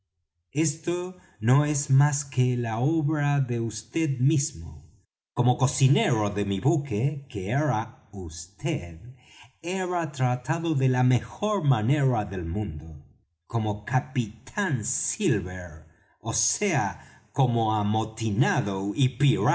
esto no es más que la obra de vd mismo como cocinero de mi buque que era vd era tratado de la mejor manera del mundo como capitán silver ó sea como amotinado